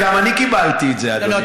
גם אני קיבלתי את זה, אדוני.